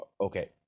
okay